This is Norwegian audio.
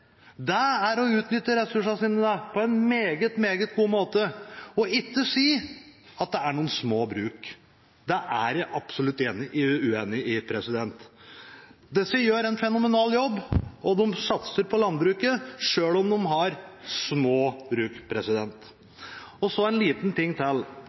Det er å utnytte ressursene sine på en meget god måte. Og ikke si at dette er noen små bruk, det er jeg absolutt uenig i. Disse gjør en fenomenal jobb, og de satser på landbruket, selv om de har «små» bruk. Og så en liten ting til: